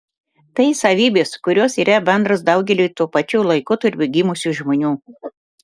tai savybės kurios yra bendros daugeliui tuo pačiu laikotarpiu gimusių žmonių